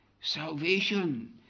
salvation